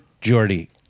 Jordy